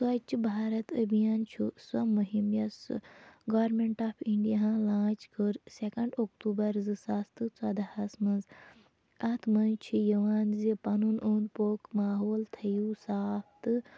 سۄچھ بھارَت ابھیان چھُ سۄ مُہم یۄس گورمٮ۪نٛٹ آف اِنٛڈِیاہَن لانٛچ کٔر سیکَنٛڈ اکتوٗبَر زٕ ساس تہٕ ژۄداہَس منٛز اَتھ منٛز چھِ یِوان زِ پَنُن اوٚنٛد پوٚک ماحول تھٲوِو صاف تہٕ